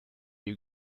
you